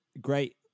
great